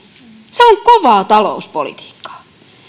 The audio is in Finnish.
se on kovaa talouspolitiikkaa